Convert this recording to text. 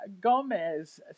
Gomez